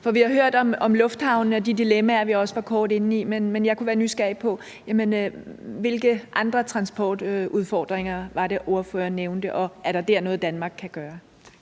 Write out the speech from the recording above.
vi har hørt om lufthavne og de dilemmaer, vi også kort var inde på, men jeg kunne være nysgerrig på, hvilke andre transportudfordringer det var, ordføreren nævnte, og er der dér noget, Danmark kan gøre?